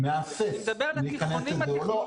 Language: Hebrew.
מהסס להיכנס לזה או לא.